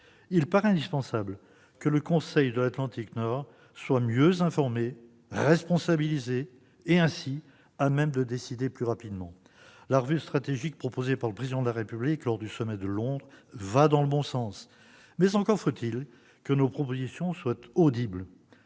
Il paraît indispensable que le Conseil de l'Atlantique Nord soit mieux informé, responsabilisé et, ainsi, à même de décider plus rapidement. La revue stratégique proposée par le Président de la République lors du sommet de Londres va dans le bon sens. Encore faut-il que nos propositions soient audibles